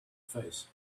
face